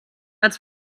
als